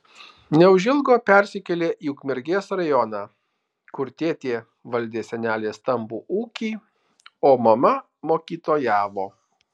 neužilgo persikėlė į ukmergės rajoną kur tėtė valdė senelės stambų ūkį o mama mokytojavo